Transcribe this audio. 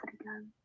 again